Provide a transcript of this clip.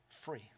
free